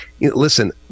Listen